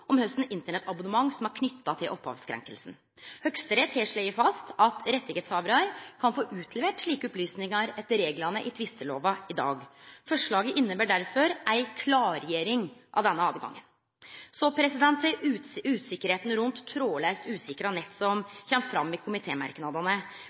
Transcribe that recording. om kva for Internett-abonnement som er knytt til opphavskrenkinga. Høgsterett har slått fast at rettshavarar kan få utlevert slike opplysningar etter reglane i tvistelova i dag. Forslaget inneber derfor ei klargjering av denne tilgangen. Til usikkerheita rundt trådlaust usikra nett,